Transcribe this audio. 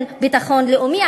ביטחון לאומי.